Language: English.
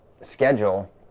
schedule –